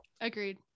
Agreed